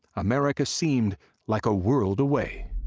america seemed like a world away.